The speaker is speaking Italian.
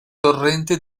torrente